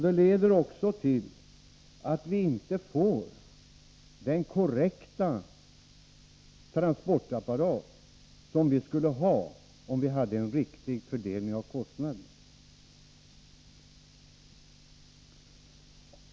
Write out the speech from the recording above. Den leder också till att vi inte får den transportapparat vi skulle ha om fördelningen vore en annan.